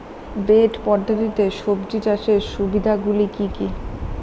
Bed পদ্ধতিতে সবজি চাষের সুবিধাগুলি কি কি?